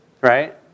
right